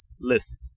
listen